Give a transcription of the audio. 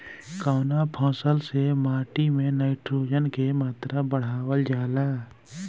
कवना फसल से माटी में नाइट्रोजन के मात्रा बढ़ावल जाला?